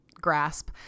grasp